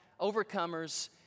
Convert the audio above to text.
overcomers